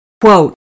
quote